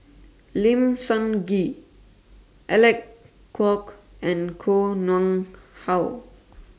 Lim Sun Gee Alec Kuok and Koh Nguang How